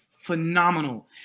phenomenal